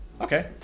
Okay